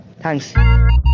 Thanks